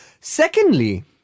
Secondly